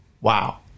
Wow